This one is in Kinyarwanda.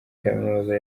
kaminuza